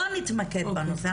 בוא נתמקד בנושא.